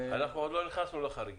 אנחנו עוד לא נכנסנו לחריגים.